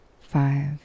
five